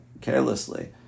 carelessly